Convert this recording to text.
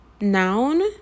noun